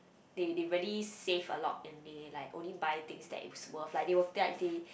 they they really save a lot and they like only buy things that is worth like they will like they